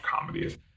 comedies